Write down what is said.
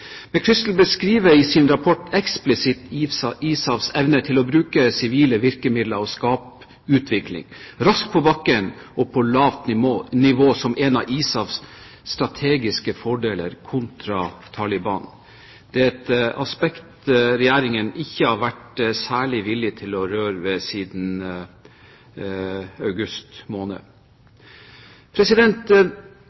beskriver i sin rapport eksplisitt ISAFs evne til å bruke sivile virkemidler og skape utvikling – raskt på bakken og på lavt nivå – som en av ISAFs strategiske fordeler kontra Taliban. Det er et aspekt Regjeringen ikke har vært særlig villig til å røre ved siden august måned.